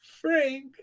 Frank